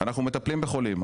אנחנו מטפלים בחולים,